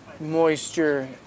moisture